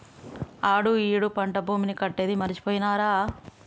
ఆడు ఈ ఏడు పంట భీమాని కట్టేది మరిచిపోయినారా